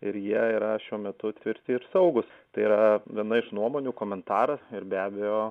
ir jie yra šiuo metu tvirti ir saugūs tai yra viena iš nuomonių komentaras ir be abejo